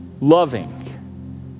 loving